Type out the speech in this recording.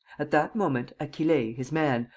at that moment, achille, his man,